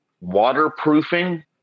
waterproofing